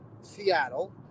Seattle